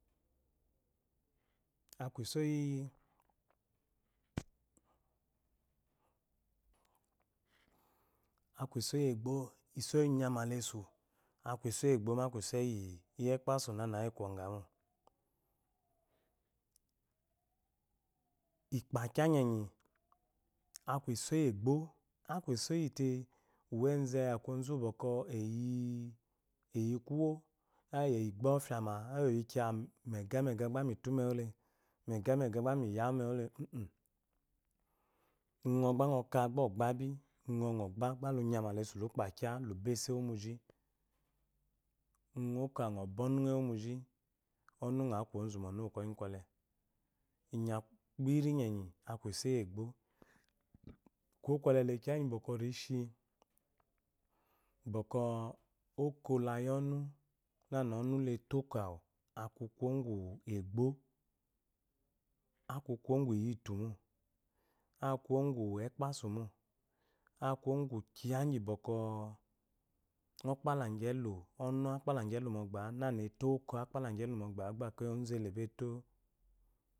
Aku iso iyi aku iso lyi lyi egbo iso iyi nyama laesu aku iyi egbo, ma aku iso iyi ekpasu nana aku yi kowhgamo, ikpakya nyenyi aku egbo aku iso iyi te uweze uwu bwokwɔ eyi kuwo ayi gba ofyama ayi eyi kiya mega-mega gba meto umewu le uh uh ngɔ gba ɔkah mo gbami ayi gba lunyama laesu uji ungɔ oko ngɔ bwɔ ɔnu uwu kwɔyi kwɔle, kpiri nyenyi aku iso iyi egbo, kuwo kwɔle le kiya igyi bwɔkwɔ rishi bwɔkwɔ oko laaya ɔnu nana ɔnu le to oko awu aku kuwo ngwu egbo, aku kuwa ugwu iyitu mo aku kuwo ngwu ekpasu mo aku kuwo ngwu kija igi bwɔkwɔ ngɔ kpalagyi elɔ mogba'a nana oko a kpalagyi elu mogba'a gba onzu ele ebe eto.